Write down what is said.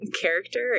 character